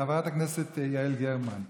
חבר הכנסת יעל גרמן,